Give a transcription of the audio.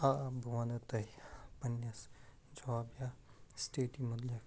آ بہٕ وَنَو تۄہہِ پَنٛنِس جاب یا سِٹیڈی متعلِق